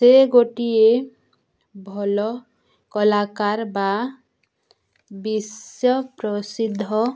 ସେ ଗୋଟିଏ ଭଲ କଳାକାର ବା ବିଶ୍ଵପ୍ରସିଦ୍ଧ